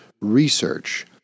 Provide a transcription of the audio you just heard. research